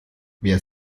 wer